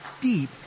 deep